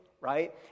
right